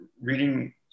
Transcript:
reading